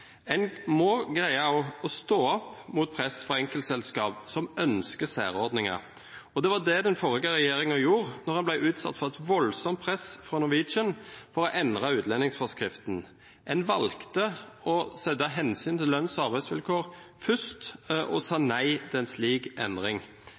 En må greie å stå opp mot press fra enkeltselskap som ønsker særordninger. Det var det den forrige regjeringen gjorde da den ble utsatt for et voldsomt press fra Norwegian for å endre utlendingsforskriften. En valgte å sette hensynet til lønns- og arbeidsvilkår først og sa nei til en slik endring.